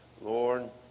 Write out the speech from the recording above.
Lord